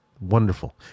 wonderful